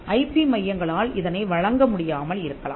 IP மையங்களால் இதனை வழங்க முடியாமல் இருக்கலாம்